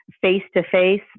face-to-face